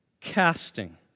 casting